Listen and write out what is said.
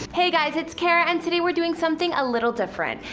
hey guys, it's kara and today we're doing something a little different,